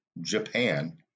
Japan